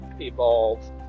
evolve